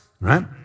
Right